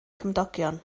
cymdogion